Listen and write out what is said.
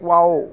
wow